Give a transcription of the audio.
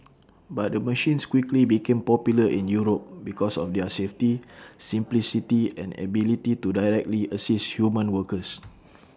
but the machines quickly became popular in Europe because of their safety simplicity and ability to directly assist human workers